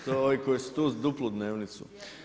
To ovi koji su tu duplu dnevnicu.